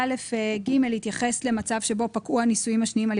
11א(ג) התייחס למצב שבו פקעו הנישואין השניים על